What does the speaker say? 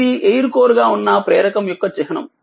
ఇది air core గా ఉన్న ప్రేరకం యొక్క చిహ్నం